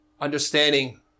understanding